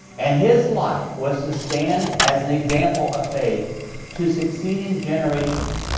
and his life was to stand as an example of faith to succeeding generations.